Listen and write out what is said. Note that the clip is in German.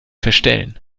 verstellen